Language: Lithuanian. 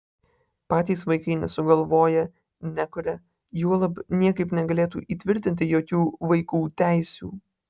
patys vaikai nesugalvoja nekuria juolab niekaip negalėtų įtvirtinti jokių vaikų teisių